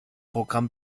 programm